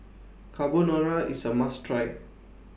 Carbonara IS A must Try